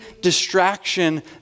distraction